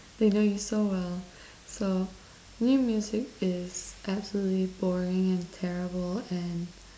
they know you so well so new music is absolutely boring and terrible and